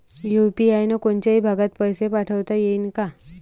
UPI न कोनच्याही भागात पैसे पाठवता येईन का?